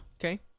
Okay